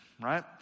right